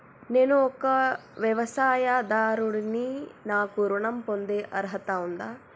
నేను ఒక వ్యవసాయదారుడిని నాకు ఋణం పొందే అర్హత ఉందా?